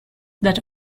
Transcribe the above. that